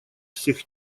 всех